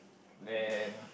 then